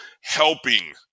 helping